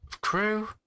crew